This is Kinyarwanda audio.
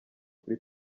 kuri